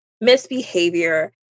Misbehavior